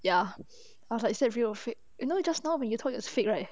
ya I was like sad 只有 fake you know just now we told you is fake right